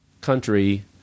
country